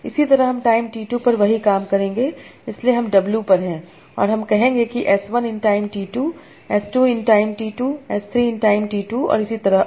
इसी तरह हम टाइम t2 पर वही काम करेंगे इसलिए हम w पर हैं और हम कहेंगे कि s1 in time t 2 s 2 in time t 2s 3 in time t 2 और इसी तरह और